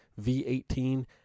V18